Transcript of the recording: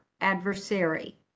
adversary